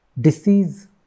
disease